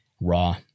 Raw